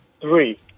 three